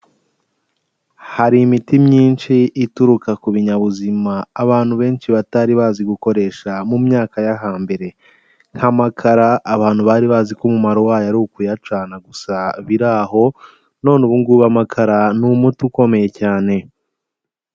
Hari imiti myinshi ituruka ku binyabuzima abantu benshi batari bazi gukoresha mu myaka yo hambere, nk'amakara abantu bari bazi ko umumaro wayo ari ukuyacana gusa biraho, none ubu ngubu amakara ni umuti ukomeye cyane.